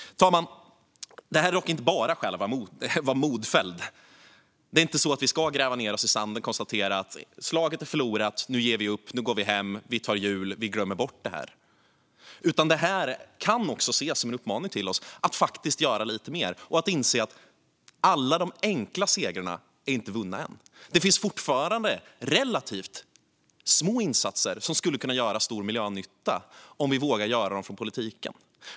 Fru talman! Det här är dock inte bara skäl att vara modfälld. Vi ska inte gräva ned oss i sanden, konstatera att slaget är förlorat, ge upp, gå hem, ta jul och glömma bort det här, utan det här kan också ses som en uppmaning till oss att faktiskt göra lite mer och att inse att alla de enkla segrarna inte är vunna än. Det finns fortfarande relativt små insatser som skulle kunna göra stor miljönytta om vi från politikens håll vågar göra dem.